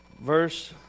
verse